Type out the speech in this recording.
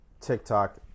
TikTok